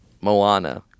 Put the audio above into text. Moana